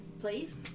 please